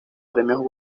premios